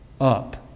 up